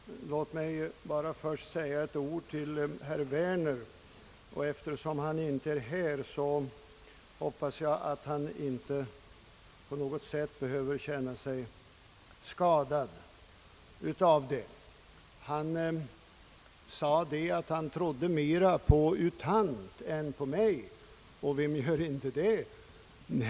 Herr talman! Låt mig bara först få säga ett par ord till herr Werner. Eftersom han inte är här i kammaren hoppas jag att han inte på något sätt behöver känna sig skadad av vad jag säger. Herr Werner sade att han trodde mera på U Thant än på mig. Vem gör inte det?